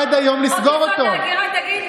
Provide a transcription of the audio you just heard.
הרי לא אביא לך עובדות שקריות.